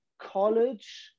college